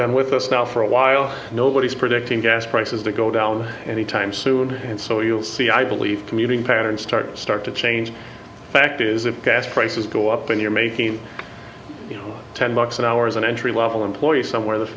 been with us now for a while nobody's predicting gas prices to go down anytime soon and so you'll see i believe commuting patterns start start to change the fact is if gas prices go up and you're making ten bucks an hour as an entry level employee somewhere th